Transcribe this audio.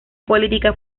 política